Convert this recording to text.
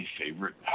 favorite